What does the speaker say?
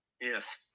Yes